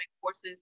courses